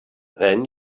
then